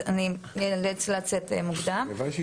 אז אני איאלץ לצאת מוקדם.